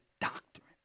doctrine